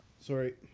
Sorry